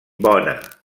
bona